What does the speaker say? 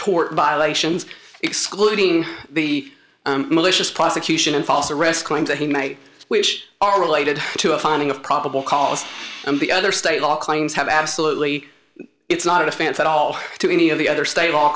tort violations excluding the malicious prosecution and false arrest claims that he might which are related to a finding of probable cause and the other state law claims have absolutely it's not a fancy all to any of the other state law